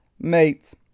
Mates